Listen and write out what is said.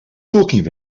talking